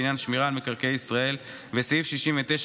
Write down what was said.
בעניין שמירה על מקרקעי ישראל וסעיף 69,